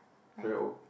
very old